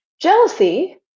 Jealousy